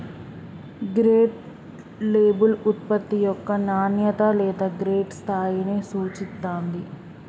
grade label ఉత్పత్తి యొక్క నాణ్యత లేదా గ్రేడ్ స్థాయిని సూచిత్తాంది